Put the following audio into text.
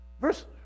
Verse